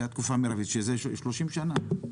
שזה 30 שנים.